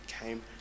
came